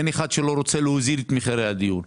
אין אחד שלא רוצה להוזיל את מחירי הדיור.